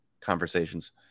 conversations